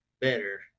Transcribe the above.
better